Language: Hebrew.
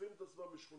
מצופפים את עצמם בשכונות